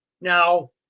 Now